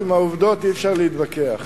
עם העובדות אי-אפשר להתווכח.